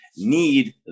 need